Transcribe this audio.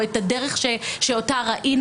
או הדרך שראינו,